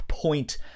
point